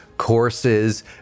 Courses